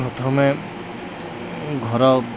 ପ୍ରଥମେ ଘର